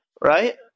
right